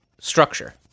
structure